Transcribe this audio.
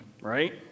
right